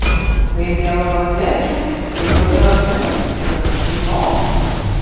tai dėl rozečių tai dėl dažų tai dėl spynos